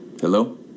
Hello